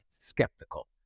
skeptical